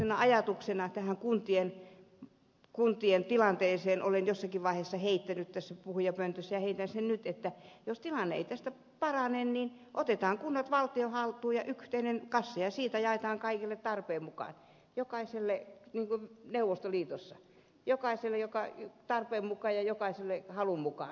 yhtenä ajatuksena tähän kuntien tilanteeseen olen jossakin vaiheessa heittänyt tässä puhujapöntössä ja heitän sen nyt että jos tilanne ei tästä parane niin otetaan kunnat valtion haltuun ja yhteinen kassa ja siitä jaetaan kaikille tarpeen mukaan niin kuin neuvostoliitossa jokaiselle tarpeen mukaan ja jokaiselle halun mukaan